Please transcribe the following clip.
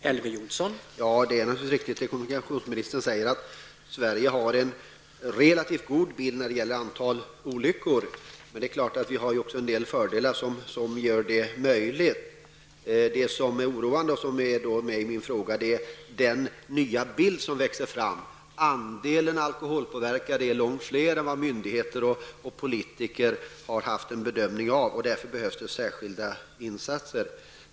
Herr talman! Det är naturligtvis riktigt, som kommunikationsministern säger, att Sverige uppvisar en relativt bra bild när det gäller antalet olyckor. Men det är klart att vi också har en del fördelar som gör det möjligt. Vad som är oroande och som jag har tagit upp i min fråga är den nya bild som växer fram -- andelen alkoholpåverkade är långt större än myndigheter och politiker trott; därför behövs det särskilda insatser.